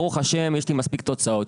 ברוך השם יש לי מספיק תוצאות.